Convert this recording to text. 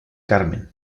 carmen